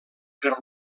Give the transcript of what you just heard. per